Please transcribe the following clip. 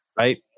right